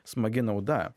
smagi nauda